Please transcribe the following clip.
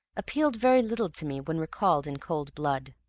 appealed very little to me when recalled in cold blood.